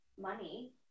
money